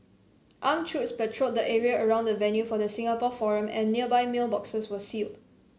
armed troops patrolled the area around the venue for the Singapore forum and nearby mailboxes were sealed